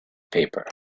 paper